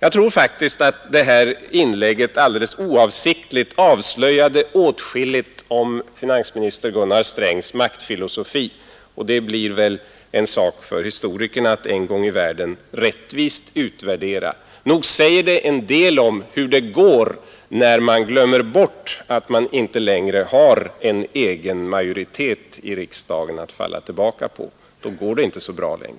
Jag tror faktiskt att det här inlägget alldeles oavsiktligt avslöjade åtskilligt om finansminister Gunnar Strängs maktfilosofi, och det blir väl en sak för historikerna att en gång i världen rättvist utvärdera. Men nog säger det en del om hur det går när man glömmer bort att man inte längre har en egen majoritet i riksdagen att falla tillbaka på. Då går det inte så bra längre.